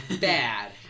bad